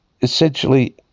essentially